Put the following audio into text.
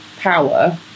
power